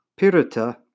Pirita